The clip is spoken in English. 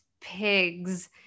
pigs